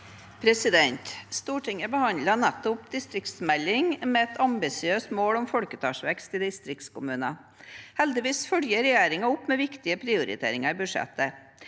Stortinget behandlet nettopp en distriktsmelding med et ambisiøst mål om folketallsvekst i distriktskommuner. Heldigvis følger regjeringen opp med viktige prioriteringer i budsjettet.